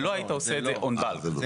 ולא היית עושה את זה on bulk.